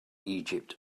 egypt